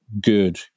good